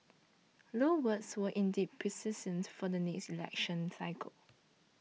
Low's words were indeed prescient for the next election cycle